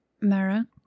Mara